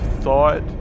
thought